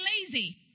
lazy